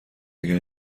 اگر